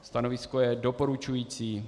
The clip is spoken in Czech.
Stanovisko je doporučující.